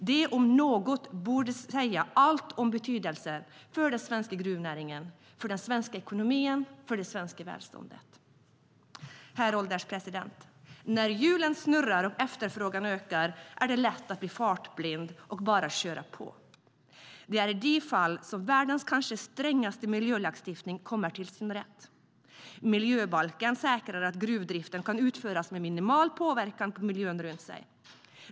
Det om något borde säga allt om betydelsen av den svenska gruvnäringen för den svenska ekonomin och för det svenska välståndet. Herr ålderspresident! När hjulen snurrar och efterfrågan ökar är det lätt att bli fartblind och bara köra på. Det är i de fallen som världens kanske strängaste miljölagstiftning kommer till sin rätt. Miljöbalken säkrar att gruvdriften kan utföras med minimal påverkan på miljön runt omkring.